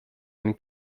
einen